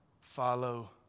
follow